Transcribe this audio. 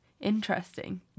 interesting